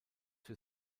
für